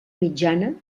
mitjana